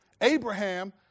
Abraham